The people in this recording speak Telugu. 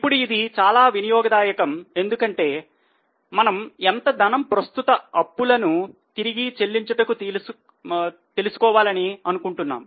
ఇప్పుడు ఇది చాలా వినియోగ దాయకం ఎందుకంటే మనము ఎంత ధనం ప్రస్తుత అప్పులను తిరిగి చెల్లించుటకు తెలుసుకోవాలని అనుకుంటున్నాం